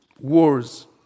Wars